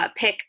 pick